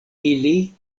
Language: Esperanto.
ili